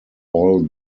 all